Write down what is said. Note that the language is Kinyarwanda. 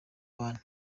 bantu